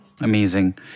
Amazing